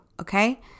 okay